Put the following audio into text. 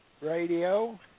Radio